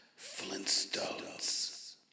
Flintstones